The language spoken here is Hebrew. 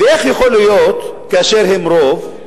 ואיך יכול להיות, כאשר הם רוב,